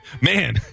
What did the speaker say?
Man